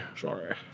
Sorry